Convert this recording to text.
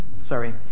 sorry